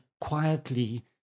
quietly